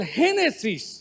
genesis